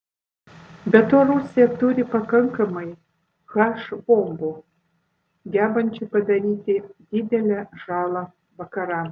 be to rusija turi pakankamai h bombų gebančių padaryti didelę žalą vakarams